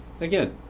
Again